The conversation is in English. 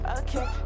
Okay